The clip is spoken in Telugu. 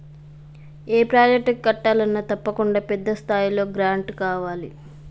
ఏ ప్రాజెక్టు కట్టాలన్నా తప్పకుండా పెద్ద స్థాయిలో గ్రాంటు కావాలి